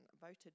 voted